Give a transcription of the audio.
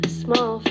small